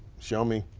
show me.